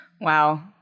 Wow